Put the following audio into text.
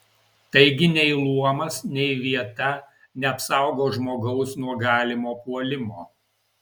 taigi nei luomas nei vieta neapsaugo žmogaus nuo galimo puolimo